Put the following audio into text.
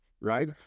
right